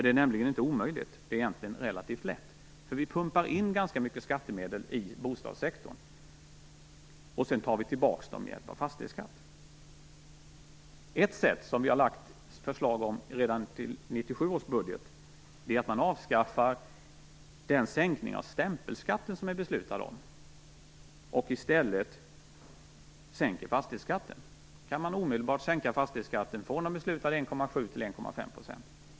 Det är nämligen inte omöjligt, utan relativt lätt. Vi pumpar in ganska mycket skattemedel i bostadssektorn och sedan tar vi tillbaka dem med hjälp av fastighetsskatt. Ett sätt, som vi har lagt fram förslag om redan till 1997 års budget, är att man avskaffar den sänkning av stämpelskatten som är beslutat om och i stället sänker fastighetsskatten. Då kan man omedelbart sänka fastighetsskatten från de beslutade 1,7 % till 1,5 %.